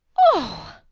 oh!